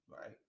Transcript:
right